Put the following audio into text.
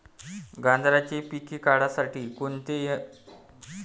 गांजराचं पिके काढासाठी कोनचे यंत्र चांगले हाय?